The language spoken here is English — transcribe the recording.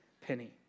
penny